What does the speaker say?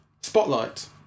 Spotlight